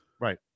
Right